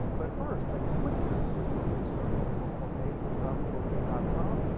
but first, make a quick trip over to the discover oklahoma page at travel ok dot com,